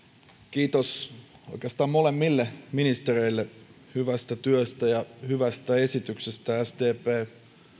kiitos oikeastaan molemmille ministereille hyvästä työstä ja hyvästä esityksestä sdp